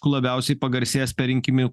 labiausiai pagarsėjęs per rinkiminių